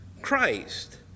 Christ